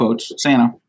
Santa